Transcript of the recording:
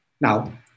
Now